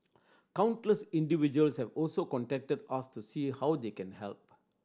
countless individuals have also contacted us to see how they can help